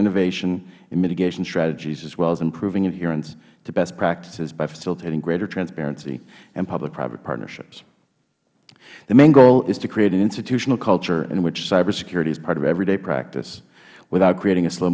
innovation and mitigation strategies as well as improving adherence to best practices by facilitating greater transparency in publicprivate partnerships the main goal is to create an institutional culture in which cybersecurity is part of every day practice without creating a slow